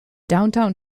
downtown